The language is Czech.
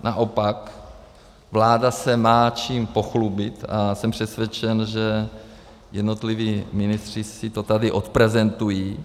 Naopak vláda se má čím pochlubit a jsem přesvědčen, že jednotliví ministři si to tady odprezentují.